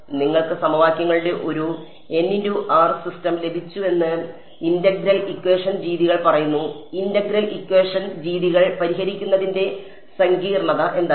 അതിനാൽ നിങ്ങൾക്ക് സമവാക്യങ്ങളുടെ ഒരു സിസ്റ്റം ലഭിച്ചുവെന്ന് ഇന്റഗ്രൽ ഇക്വേഷൻ രീതികൾ പറയുന്നു ഇന്റഗ്രൽ ഇക്വേഷൻ രീതികൾ പരിഹരിക്കുന്നതിന്റെ സങ്കീർണ്ണത എന്തായിരുന്നു